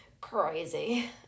crazy